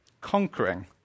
conquering